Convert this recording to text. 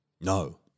No